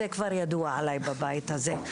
זה כבר ידוע עליי בבית הזה,